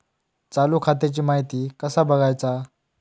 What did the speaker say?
चालू खात्याची माहिती कसा बगायचा?